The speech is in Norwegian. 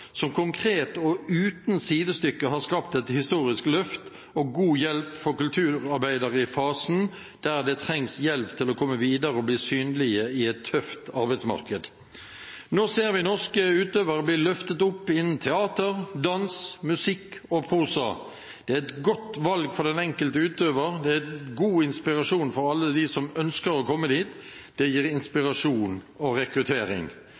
som konkret og uten sidestykke har skapt et historisk løft og god hjelp for kulturarbeidere i fasen der det trengs hjelp til å komme videre og bli synlige i et tøft arbeidsmarked. Nå ser vi norske utøvere bli løftet opp innen teater, dans, musikk og prosa. Det er et godt valg for den enkelte utøver. Det er god inspirasjon for alle dem som ønsker å komme dit, det gir inspirasjon og rekruttering.